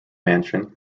mansion